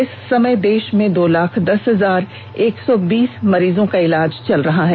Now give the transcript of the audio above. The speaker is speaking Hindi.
इस समय देश में दो लाख दस हजार एक र्सौ बीस मरीजों का इलाज चल रहा है